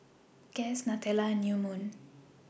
Guess Nutella and New Moon